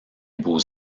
beaux